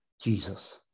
Jesus